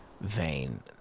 vein